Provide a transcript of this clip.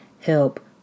help